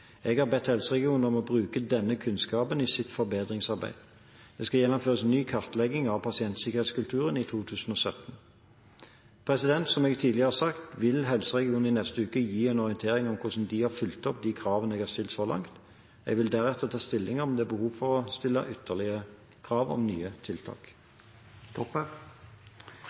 Jeg har bedt helseregionene om å bruke denne kunnskapen i sitt forbedringsarbeid. Det skal gjennomføres en ny kartlegging av pasientsikkerhetskulturen i 2017. Som jeg tidligere har sagt vil helseregionene i neste uke gi en orientering om hvordan de har fulgt opp de kravene jeg har stilt så langt. Jeg vil deretter ta stilling til om det er behov for å stille ytterligere krav om nye tiltak.